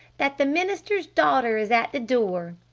that the minister's daughter is at the door!